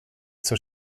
zur